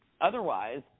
otherwise